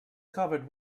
covered